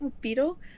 beetle